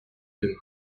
demain